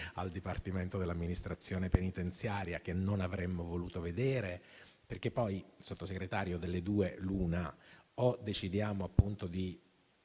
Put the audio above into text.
al Dipartimento dell'amministrazione penitenziaria, che non avremmo voluto vedere. Signor Sottosegretario, delle due l'una. O decidiamo di